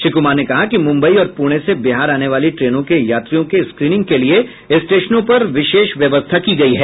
श्री कुमार ने कहा कि मुम्बई और पूणे से बिहार आनी वाली ट्रेनों के यात्रियों के स्क्रीनिंग के लिये स्टेशनों पर विशेष व्यवस्था की गयी है